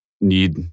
need